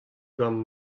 gambr